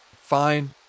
fine